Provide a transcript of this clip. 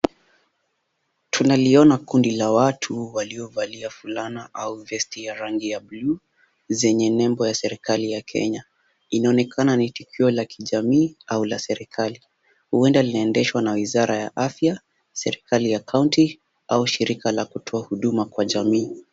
Tunaliona kundi la watu waliovalia fulana au vesti ya rangi ya blue zenye nembo ya serikali ya Kenya. Inaonekana ni tukio la kijamii au la serikali. Huenda linaendeshwa na wizara ya afya, serikali ya kaunti au shirika la kutoa huduma kwa jamii.